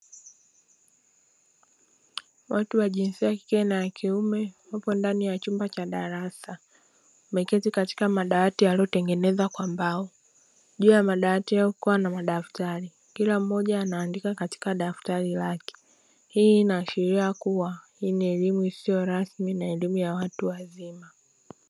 Watu wa jinsia ya kike na kiume wapo ndani ya chumba cha darasa, wameketi katika madawati yaliyotengenezwa kwa mbao; juu ya madawati hayo kukiwa na madaftari, kila mmoja anaandika katika daftari lake. Hii inaashiria kuwa hii ni elimu isiyo rasmi na elimu ya watu wazima.